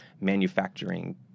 manufacturing